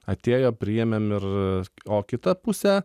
atėjo priėmėm ir o kita pusė